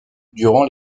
durant